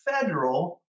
federal